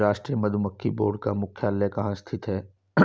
राष्ट्रीय मधुमक्खी बोर्ड का मुख्यालय कहाँ स्थित है?